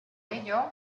ello